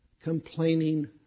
complaining